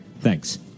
Thanks